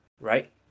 right